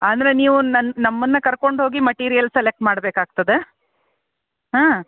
ಅಂದರೆ ನೀವು ನನ್ನ ನಮ್ಮನ್ನು ಕರ್ಕೊಂಡೋಗಿ ಮಟೀರಿಯಲ್ ಸಲೆಕ್ಟ್ ಮಾಡ್ಬೇಕಾಗ್ತದೆ ಹಾಂ